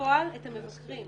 בפועל את המבקרים.